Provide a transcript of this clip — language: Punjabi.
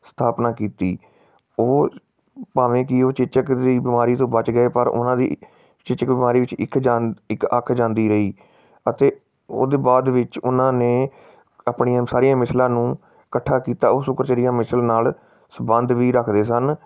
ਸਥਾਪਨਾ ਕੀਤੀ ਉਹ ਭਾਵੇਂ ਕਿ ਉਹ ਚੇਚਕ ਦੀ ਬਿਮਾਰੀ ਤੋਂ ਬਚ ਗਏ ਪਰ ਉਹਨਾਂ ਦੀ ਚੇਚਕ ਬਿਮਾਰੀ ਵਿੱਚ ਇੱਕ ਜਾਨ ਇੱਕ ਅੱਖ ਜਾਂਦੀ ਰਹੀ ਅਤੇ ਉਹਦੇ ਬਾਅਦ ਵਿੱਚ ਉਹਨਾਂ ਨੇ ਆਪਣੀਆਂ ਸਾਰੀਆਂ ਮਿਸਲਾਂ ਨੂੰ ਇਕੱਠਾ ਕੀਤਾ ਉਹ ਸੁਕਰਚਾਰੀਆਂ ਮਿਸਲ ਨਾਲ ਸਬੰਧ ਵੀ ਰੱਖਦੇ ਸਨ